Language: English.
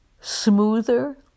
smoother